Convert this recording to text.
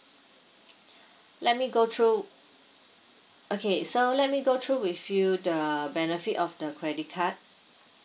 let me go through okay so let me go through with you the benefit of the credit card